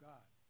God